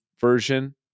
version